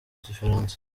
gifaransa